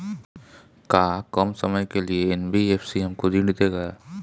का कम समय के लिए एन.बी.एफ.सी हमको ऋण देगा?